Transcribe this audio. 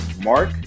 Mark